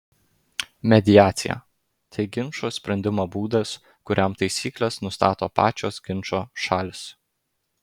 mediacija tai ginčo sprendimo būdas kuriam taisykles nustato pačios ginčo šalys